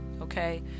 Okay